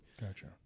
Gotcha